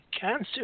cancer